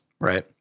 right